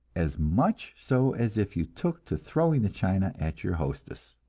as much so as if you took to throwing the china at your hostess.